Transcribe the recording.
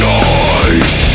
eyes